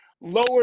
lower